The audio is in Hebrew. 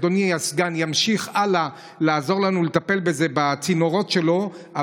אדוני הסגן ימשיך הלאה לעזור לנו לטפל בזה בצינורות שלו,